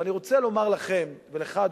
אני רוצה לומר לכם ולך,